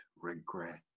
regret